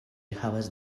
havas